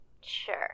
Sure